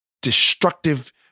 destructive